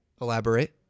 Elaborate